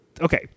Okay